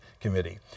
Committee